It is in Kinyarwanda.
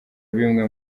bimwe